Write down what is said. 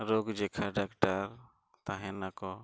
ᱨᱳᱜᱽ ᱡᱮᱠᱷᱟ ᱛᱟᱦᱮᱱᱟᱠᱚ